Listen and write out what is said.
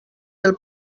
del